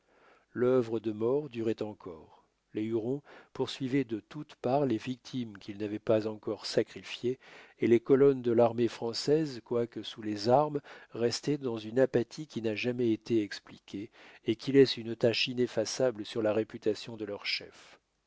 l'œuvre de mort durait encore les hurons poursuivaient de toutes parts les victimes qu'ils n'avaient pas encore sacrifiées et les colonnes de l'armée française quoique sous les armes restaient dans une apathie qui n'a jamais été expliquée et qui laisse une tache ineffaçable sur la réputation de leur chef